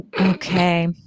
Okay